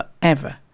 forever